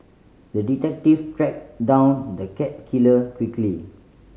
the detective tracked down the cat killer quickly